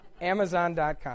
Amazon.com